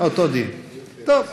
אותו דין, טוב.